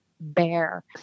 bear